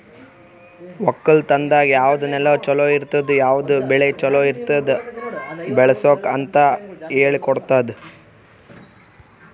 ಒಕ್ಕಲತನದಾಗ್ ಯಾವುದ್ ನೆಲ ಛಲೋ ಇರ್ತುದ, ಯಾವುದ್ ಬೆಳಿ ಛಲೋ ಇರ್ತುದ್ ಬೆಳಸುಕ್ ಅಂತ್ ಹೇಳ್ಕೊಡತ್ತುದ್